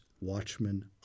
watchmen